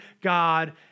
God